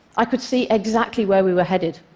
i could see exactly where we were headed.